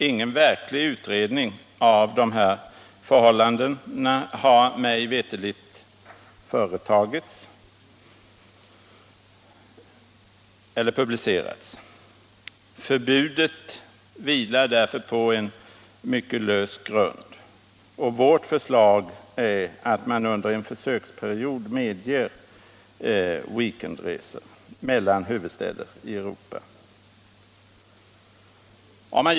Ingen verklig utredning av de här förhållandena har mig veterligt företagits eller publicerats. Förbudet vilar därför på en mycket lös grund, och vårt förslag är att man under en försöksperiod medger weekendresor mellan huvudstäder i Europa.